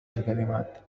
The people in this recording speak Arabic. الكلمات